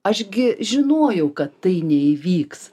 aš gi žinojau kad tai neįvyks